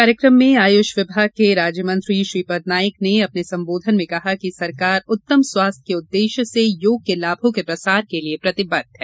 कार्यक्रम में आयुष विभाग के राज्य मंत्री श्रीपद नाईक ने अपने संबोधन में कहा कि सरकार उत्तम स्वास्थ्य के उद्देश्य से योग के लाभों के प्रसार के लिए प्रतिबद्ध है